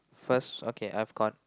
first okay I've got